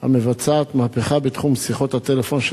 המבצעת מהפכה בתחום שיחות הטלפון של